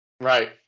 Right